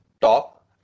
top